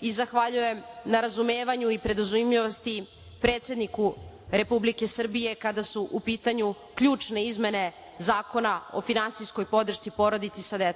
i zahvaljujem na razumevanju i preduzimljivosti predsednika Republike Srbije kada su u pitanju ključne izmene Zakona o finansijskoj podršci porodici sa